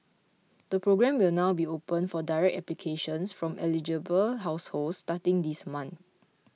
the programme will now be open for direct applications from eligible households starting this month